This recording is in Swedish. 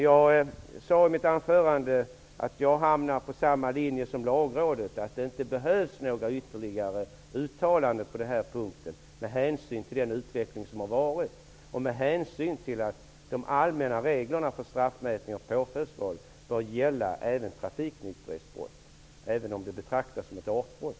Jag sade i mitt anförande att jag hamnar på samma linje som Lagrådet, att det inte behövs några ytterligare uttalanden på den här punkten med hänsyn till den utveckling som har varit och med hänsyn till att de allmänna reglerna för straffmätnings och påföljdsval bör gälla även trafiknykterhetsbrott, även om det betraktas som ett artbrott.